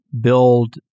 build